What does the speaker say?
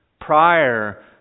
prior